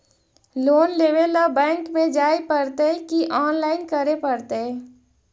Loan लेवे ल bank में जाय पड़तै कि औनलाइन करे पड़तै?